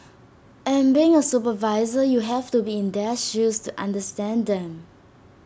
and being A supervisor you have to be in their shoes to understand them